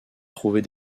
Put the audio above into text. trouver